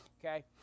okay